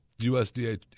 USDA